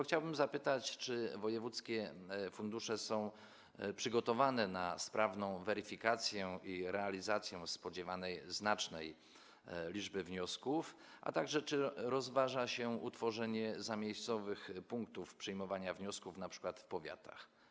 Chciałbym zapytać, czy wojewódzkie fundusze są przygotowane na sprawną weryfikację i realizację spodziewanej znacznej liczby wniosków, a także czy rozważa się utworzenie zamiejscowych punktów przyjmowania wniosków, np. w powiatach.